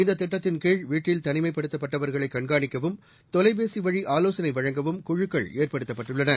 இந்ததிட்டத்தின் வீட்டில் கீழ் தனிமைப்படுத்தப் பட்டவர்களைகண்காணிக்கவும் தொலைபேசிவழிஆவோசனைவழங்கவும் குழுக்கள் ஏற்படுத்தப்பட்டுள்ளன